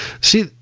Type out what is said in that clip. See